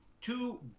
two